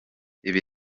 ibi